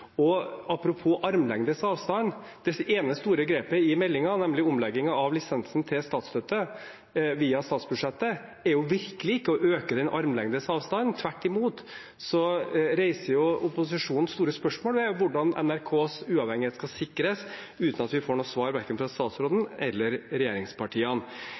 armlengdes avstand: Det ene store grepet i meldingen, nemlig omleggingen av lisensen til statsstøtte via statsbudsjettet, er jo virkelig ikke å øke den armlengdes avstanden, tvert imot. Opposisjonen reiser det store spørsmålet om hvordan NRKs uavhengighet skal sikres, uten at vi får noe svar fra verken statsråden eller regjeringspartiene.